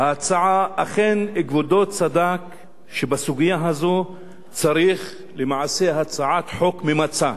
אכן כבודו צדק שבסוגיה הזאת צריך למעשה הצעת חוק ממצה.